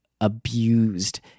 abused